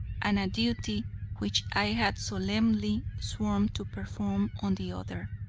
and a duty which i had solemnly sworn to perform, on the other.